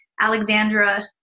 Alexandra